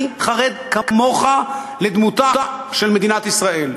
אני חרד כמוך לדמותה של מדינת ישראל.